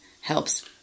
helps